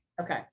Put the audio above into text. Okay